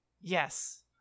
Yes